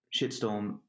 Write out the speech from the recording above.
shitstorm